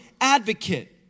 advocate